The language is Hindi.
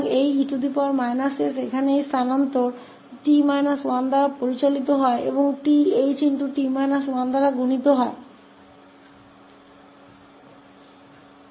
तो इस e s को यहाँ इस शिफ्ट 𝑡 1 द्वारा नियंत्रित किया जाता है और 𝐻𝑡 − 1से गुणा किया जाता है